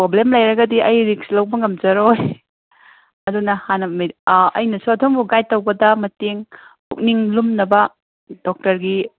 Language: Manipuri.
ꯄ꯭ꯔꯣꯕ꯭ꯂꯦꯝ ꯂꯩꯔꯒꯗꯤ ꯑꯩ ꯔꯤꯛꯁ ꯂꯧꯕ ꯉꯝꯖꯔꯣꯏ ꯑꯗꯨꯅ ꯍꯥꯟꯅ ꯑꯩꯅꯁꯨ ꯑꯗꯣꯝꯕꯨ ꯒꯥꯏꯠ ꯇꯧꯕꯗ ꯃꯇꯦꯡ ꯄꯨꯛꯅꯤꯡ ꯂꯨꯝꯅꯕ ꯗꯣꯛꯇꯔꯒꯤ